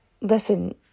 listen